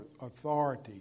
authority